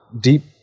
deep